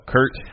Kurt